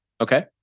Okay